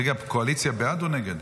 רגע, קואליציה בעד או נגד?